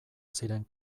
ziren